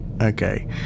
okay